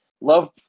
love